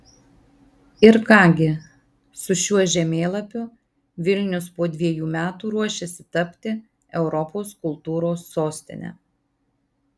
ir ką gi su šiuo žemėlapiu vilnius po dviejų metų ruošiasi tapti europos kultūros sostine